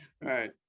Right